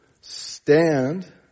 stand